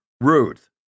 Ruth